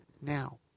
now